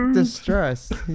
distressed